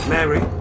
Mary